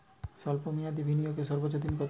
স্বল্প মেয়াদি বিনিয়োগ সর্বোচ্চ কত দিন?